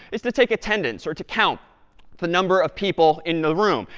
is to take attendance or to count the number of people in the room.